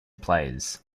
characters